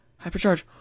hypercharge